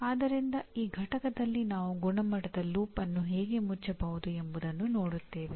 ಆದ್ದರಿಂದ ಈ ಪಠ್ಯದಲ್ಲಿ ನಾವು ಗುಣಮಟ್ಟದ ಲೂಪ್ ಅನ್ನು ಹೇಗೆ ಮುಚ್ಚಬಹುದು ಎಂಬುದನ್ನು ನೋಡುತ್ತೇವೆ